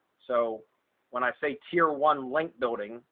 so when i say tier one link building,